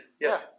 yes